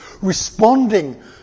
responding